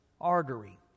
artery